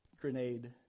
grenade